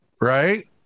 right